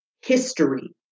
history